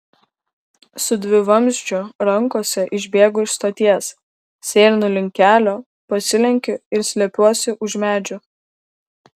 su dvivamzdžiu rankose išbėgu iš stoties sėlinu link kelio pasilenkiu ir slepiuosi už medžių